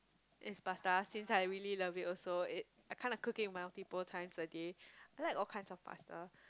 is pasta since I really love it also it I kinda cook it multiple times a day I like all kinds of pasta